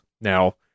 Now